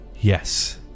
yes